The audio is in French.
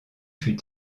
fut